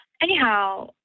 Anyhow